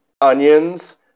onions